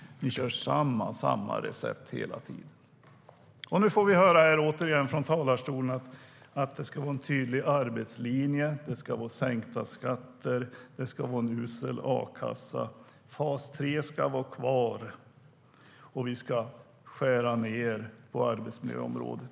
Ni körde samma recept hela tiden. Nu får vi återigen höra från talarstolen att det ska vara en tydlig arbetslinje, sänkta skatter och en usel a-kassa. Fas 3 ska vara kvar. Man ska också skära ned på arbetsmiljöområdet.